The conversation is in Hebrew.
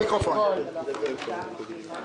אני